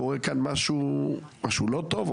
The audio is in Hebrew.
קורה כאן משהו לא טוב,